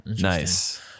nice